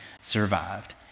survived